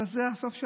זה היה הסוף.